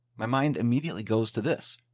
my mind immediately goes to this.